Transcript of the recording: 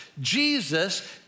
Jesus